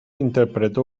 interpretó